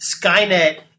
Skynet